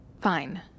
Fine